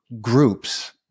groups